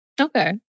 Okay